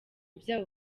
byabo